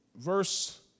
Verse